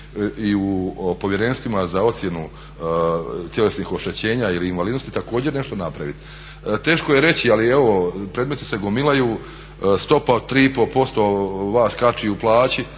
i u povjerenstvima za ocjenu tjelesnih oštećenja ili invalidnosti također nešto napraviti. Teško je reći ali evo predmeti se gomilaju, stopa od 3,5% vas kači u plaći